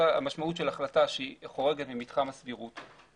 המשמעות של החלטה שחורגת ממתחם הסבירות